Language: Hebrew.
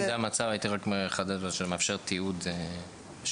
אז אם זה המצב הייתי מחדד: "שמאפשר תיעוד ושמירה".